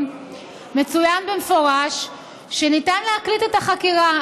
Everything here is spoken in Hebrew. מצוין במפורש שניתן להקליט את החקירה.